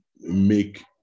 make